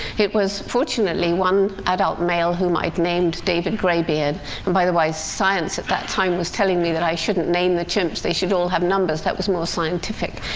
it was, fortunately, one adult male whom i'd named david greybeard and by the way, science at that time was telling me that i shouldn't name the chimps they should all have numbers that was more scientific.